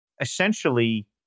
essentially